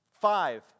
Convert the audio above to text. Five